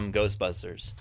Ghostbusters